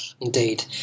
Indeed